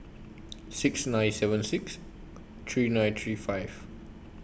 six nine seven six three nine three five